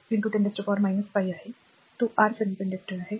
4 10 5 आहे तो अर्धसंवाहक आहे